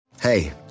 Hey